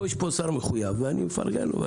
כאן יש שר מחויב ואני מפרגן לו.